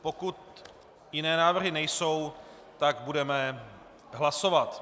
Pokud jiné návrhy nejsou, tak budeme hlasovat.